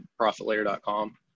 profitlayer.com